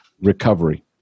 recovery